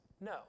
no